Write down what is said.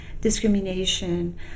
discrimination